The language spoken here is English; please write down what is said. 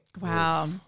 Wow